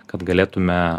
kad galėtume